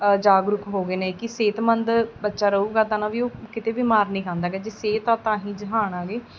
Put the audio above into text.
ਜਾਗਰੂਕ ਹੋ ਗਏ ਨੇ ਕਿ ਸਿਹਤਮੰਦ ਬੱਚਾ ਰਹੂਗਾ ਤਾਂ ਨਾ ਵੀ ਉਹ ਕਿਤੇ ਵੀ ਮਾਰ ਨਹੀਂ ਖਾਂਦਾ ਹੈਗਾ ਜੇ ਸਿਹਤ ਆ ਤਾਂ ਹੀ ਜਹਾਨ ਆ ਅੱਗੇ